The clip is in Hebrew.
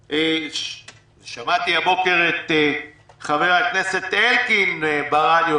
שמעתי הבוקר את חבר הכנסת אלקין ברדיו,